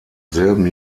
selben